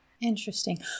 Interesting